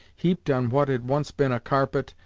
heaped on what had once been a carpet,